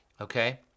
Okay